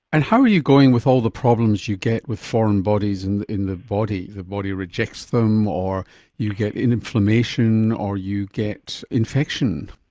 and how are you going with all the problems you get with foreign bodies in in the body, the body rejects them or you get inflammation or you get infection.